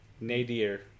nadir